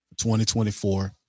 2024